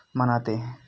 मनाते हैं